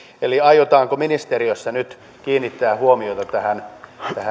aiotaanko ministeriössä nyt kiinnittää huomiota näihin